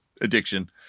addiction